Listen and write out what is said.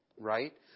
right